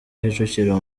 kicukiro